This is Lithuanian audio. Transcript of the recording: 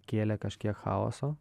kėlė kažkiek chaoso